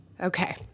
Okay